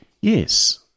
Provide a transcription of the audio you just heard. Yes